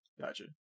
Gotcha